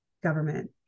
government